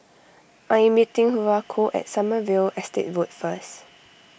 I am meeting Haruko at Sommerville Estate Road first